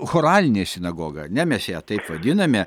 choralinė sinagoga ar ne mes ją taip vadiname